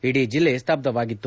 ಇಡೀ ಜಿಲ್ಲೆ ಸ್ಥಬ್ದವಾಗಿತ್ತು